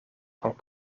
van